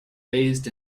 raised